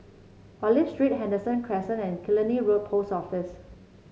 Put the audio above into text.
Olive Street Henderson Crescent and Killiney Road Post Office